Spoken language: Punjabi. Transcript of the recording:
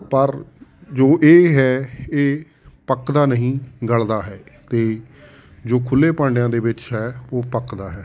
ਪਰ ਜੋ ਇਹ ਹੈ ਇਹ ਪੱਕਦਾ ਨਹੀਂ ਗਲਦਾ ਹੈ ਅਤੇ ਜੋ ਖੁੱਲ੍ਹੇ ਭਾਂਡਿਆਂ ਦੇ ਵਿੱਚ ਹੈ ਉਹ ਪੱਕਦਾ ਹੈ